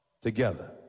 together